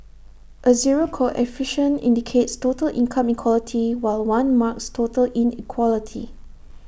A zero coefficient indicates total income equality while one marks total inequality